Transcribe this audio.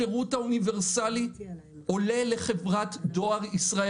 השירות האוניברסלי עולה לחברת דואר ישראל